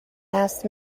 asks